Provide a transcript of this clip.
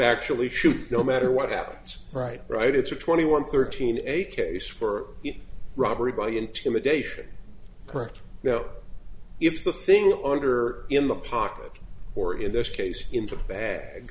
actually shoot no matter what happens right right it's a twenty one thirteen a case for robbery by intimidation correct you know if the thing order in the pocket or in this case in the bag